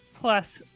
Plus